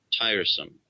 tiresome